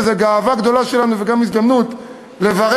וזו גאווה גדולה שלנו וגם הזדמנות לברך